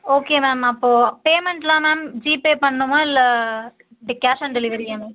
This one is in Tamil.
ஓகே மேம் அப்போ பேமெண்ட்லாம் மேம் ஜிபே பண்ணுமா இல்லை எப்படி கேஷ் ஆன் டெலிவரியா மேம்